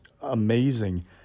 amazing